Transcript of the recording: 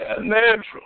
natural